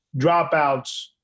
dropouts